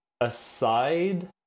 aside